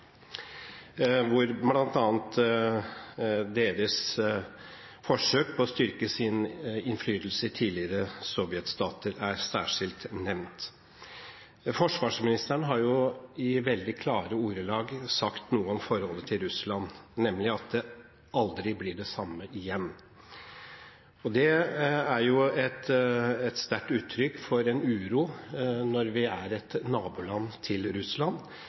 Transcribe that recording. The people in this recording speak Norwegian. hvor bl.a. deres forsøk på å styrke sin innflytelse i tidligere sovjetstater er særskilt nevnt. Forsvarsministeren har i veldig klare ordelag sagt noe om forholdet til Russland, nemlig at det aldri blir det samme igjen. Det er et sterkt uttrykk for en uro når vi er naboland til Russland.